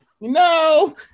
no